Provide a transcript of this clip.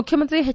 ಮುಖ್ಯಮಂತ್ರಿ ಎಚ್